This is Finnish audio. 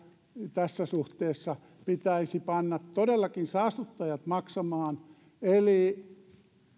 tässä suhteessa pitäisi panna todellakin saastuttajat maksamaan eli